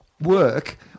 work